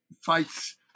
fights